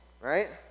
right